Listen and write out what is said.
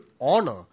honor